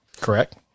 Correct